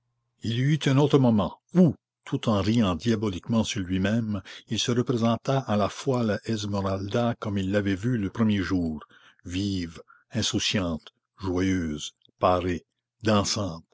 il y eut un autre moment où tout en riant diaboliquement sur lui-même il se représenta à la fois la esmeralda comme il l'avait vue le premier jour vive insouciante joyeuse parée